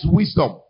wisdom